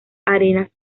áreas